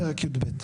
פרק י"ב.